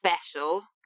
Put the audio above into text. special